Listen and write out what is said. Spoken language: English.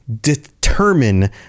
determine